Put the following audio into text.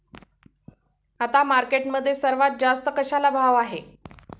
आता मार्केटमध्ये सर्वात जास्त कशाला भाव आहे?